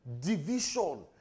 Division